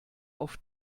auf